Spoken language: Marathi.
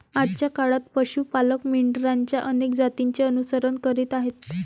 आजच्या काळात पशु पालक मेंढरांच्या अनेक जातींचे अनुसरण करीत आहेत